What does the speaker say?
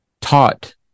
taught